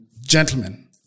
gentlemen